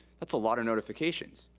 that's a lotta notifications.